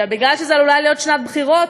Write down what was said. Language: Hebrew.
עכשיו, מכיוון שזו עלולה להיות שנת בחירות,